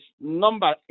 number